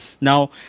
Now